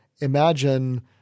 imagine